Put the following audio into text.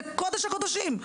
זה קודש הקודשים.